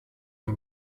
her